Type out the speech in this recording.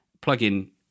plug-in